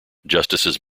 justices